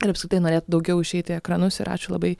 ir apskritai norėtų daugiau išeiti į ekranus ir ačiū labai